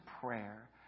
prayer